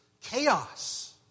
chaos